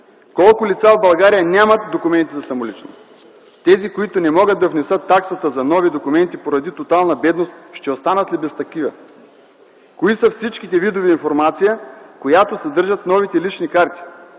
Колко лица в България нямат документи за самоличност? Тези, които не могат да внесат таксата за нови документи поради тотална бедност ще останат ли без такива? Кои са всичките видове информация, която съдържат новите лични карти?